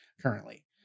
currently